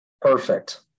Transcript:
perfect